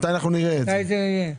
מתי נראה את זה?